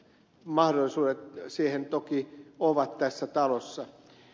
mahdollisuudet siihen toki on tässä talossa